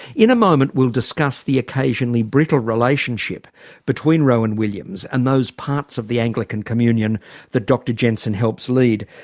in a moment we'll discuss the occasionally brittle relationship between rowan williams and those parts of the anglican communion that dr jensen helps lead.